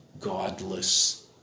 godless